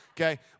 Okay